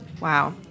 Wow